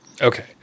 Okay